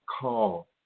call